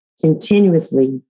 continuously